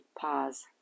Pause